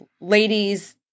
ladies